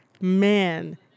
man